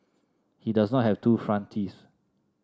he does not have two front teeth